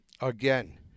again